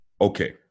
Okay